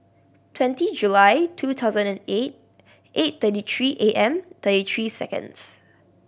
twenty July two thousand and eight eight thirty three A M thirty three seconds